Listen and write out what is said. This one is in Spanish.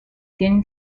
tienen